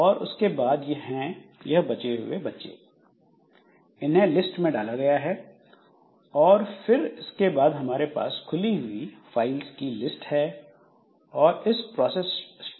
और उसके बाद हैं यह बच्चे इन्हें लिस्ट में डाला गया है और फिर उसके बाद हमारे पास खुली हुई फाइल्स की लिस्ट और इस प्रोसेस स्ट्रक्चर के लिए ऐड्रेस स्पेस हैं